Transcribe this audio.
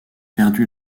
perdu